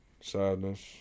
sadness